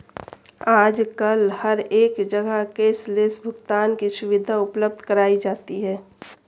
आजकल हर एक जगह कैश लैस भुगतान की सुविधा उपलब्ध कराई जाती है